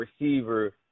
receiver